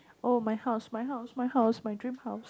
oh my house my house my house my dream house